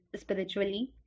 spiritually